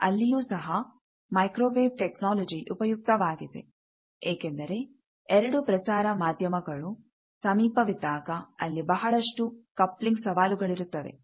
ಅಲ್ಲಿಯೂ ಸಹ microwave technology ಉಪಯುಕ್ತವಾಗಿದೆ ಏಕೆಂದರೆ ಎರಡು ಪ್ರಸಾರ ಮಾಧ್ಯಮಗಳು ಸಮೀಪ ವಿದ್ದಾಗ ಅಲ್ಲಿ ಬಹಳಷ್ಟು ಕಪ್ಲಿಂಗ್ ಸವಾಲುಗಳಿರುತ್ತವೆ